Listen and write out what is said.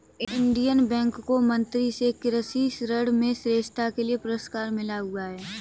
Indian bank को मंत्री से कृषि ऋण में श्रेष्ठता के लिए पुरस्कार मिला हुआ हैं